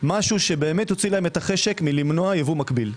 משהו שבאמת יוציא להם את החשק מלמנוע ייבוא מקביל.